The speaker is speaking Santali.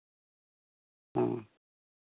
ᱚ